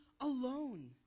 alone